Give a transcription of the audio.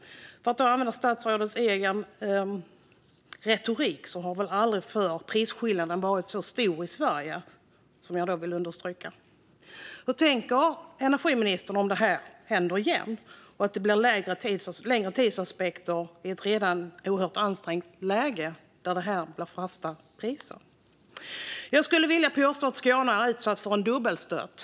För att använda statsrådets egen retorik har väl prisskillnaden aldrig förr varit så stor i Sverige, vilket jag vill understryka. Vad tänker energiministern om det händer igen, och om det i ett redan oerhört ansträngt läge blir längre tidsaspekter där det här blir fasta priser? Jag skulle vilja påstå att Skåne är utsatt för en dubbelstöt.